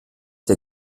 der